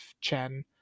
chen